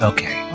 Okay